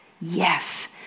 Yes